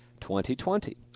2020